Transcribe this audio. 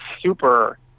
super